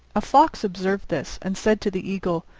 a fox observed this, and said to the eagle,